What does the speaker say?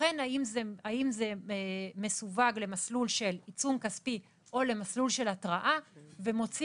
בוחן האם זה מסווג למסלול של עיצום כספי או למסלול של התראה ומוציא